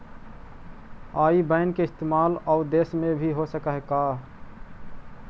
आई बैन के इस्तेमाल आउ देश में भी हो सकऽ हई का?